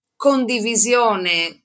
condivisione